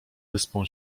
wyspą